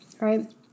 right